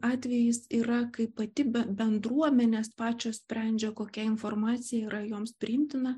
atvejis yra kaip pati bendruomenės pačios sprendžia kokia informacija yra joms priimtina